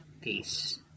peace